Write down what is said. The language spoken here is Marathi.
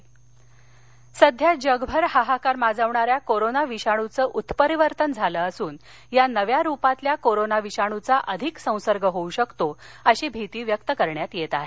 कोरोनाविषाणू सध्या जगभर हाहाकार माजवणाऱ्या कोरोना विषाणूचं उत्परिवर्तन झालं असून या नव्या रुपातल्या कोरोना विषाणूचा अधिक संसर्ग होऊ शकतो अशी भीती व्यक्त करण्यात येत आहे